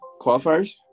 qualifiers